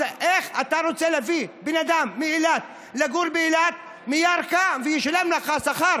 אז איך אתה רוצה להביא בן אדם מירכא לגור באילת והוא ישלם לך שכר